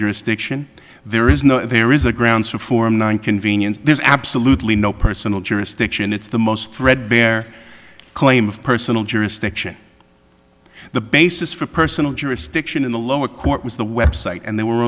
jurisdiction there is no there is a grounds for form one convenience there's absolutely no personal jurisdiction it's the most threadbare claim of personal jurisdiction the basis for personal jurisdiction in the lower court was the website and there were